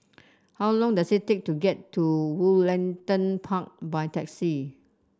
how long does it take to get to Woollerton Park by taxi